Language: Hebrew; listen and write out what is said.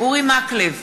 אורי מקלב,